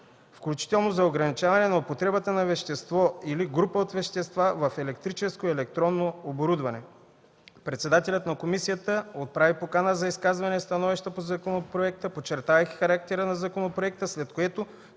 включително за ограничаване на употребата на вещество или група от вещества в електрическо и електронно оборудване. Председателят на Комисията отправи покана за изказвания и становища по законопроекта, подчертавайки характера на законопроекта, след което